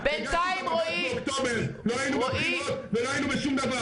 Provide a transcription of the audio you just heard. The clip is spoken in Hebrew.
בניגוד לרשתות הגדולות והחזקות שהן בבעלות,